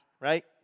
right